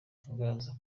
batangaza